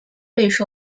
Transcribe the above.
备受